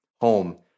home